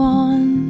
one